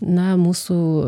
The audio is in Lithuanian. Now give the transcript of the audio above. na mūsų